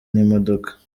n’imodoka